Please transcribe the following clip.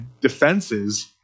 defenses